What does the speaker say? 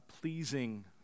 pleasing